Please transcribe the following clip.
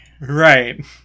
Right